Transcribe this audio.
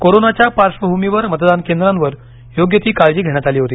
कोरोनाच्या पार्श्वभूमीवर मतदान केंद्रांवर योग्य ती काळजी घेण्यात आली होती